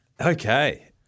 Okay